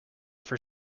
for